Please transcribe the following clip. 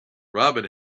robin